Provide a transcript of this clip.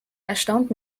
erstaunt